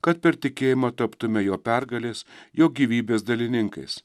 kad per tikėjimą taptume jo pergalės jo gyvybės dalininkais